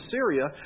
Syria